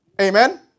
Amen